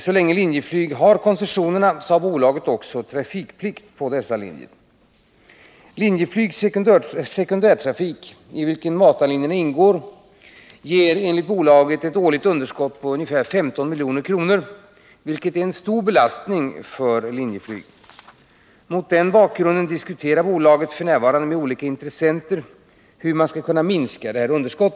Så länge Linjeflyg innehar koncessionerna har bolaget också trafikplikt på linjerna. Linjeflygs sekundärtrafik, i vilken matarlinjerna ingår, ger enligt Linjeflyg ett årligt underskott på ca 15 milj.kr., vilket är en stor belastning för bolaget. Mot den här bakgrunden diskuterar Linjeflyg f. n. med olika intressenter hur detta underskott skall kunna minskas.